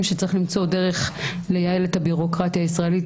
שצריך למצוא דרך לייעל את הביורוקרטיה הישראלית.